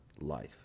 life